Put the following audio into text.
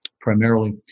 primarily